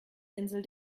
insel